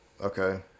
okay